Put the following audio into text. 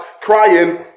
crying